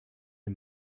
him